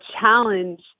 challenge